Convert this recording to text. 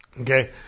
Okay